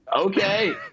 okay